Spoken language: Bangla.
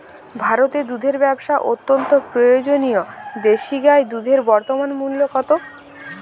ভারতে দুধের ব্যাবসা অত্যন্ত জনপ্রিয় দেশি গাই দুধের বর্তমান মূল্য কত?